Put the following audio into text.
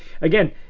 again